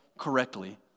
correctly